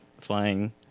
flying